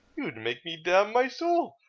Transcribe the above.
you'd make me damn my soul.